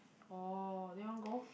orh then want go